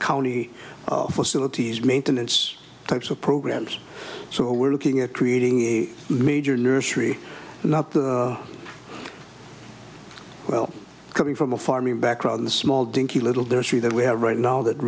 county facilities maintenance types of programs so we're looking at creating a major nursery and up the well coming from a farming background the small dinky little destry that we have right now that